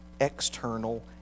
external